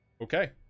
Okay